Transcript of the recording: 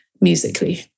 musically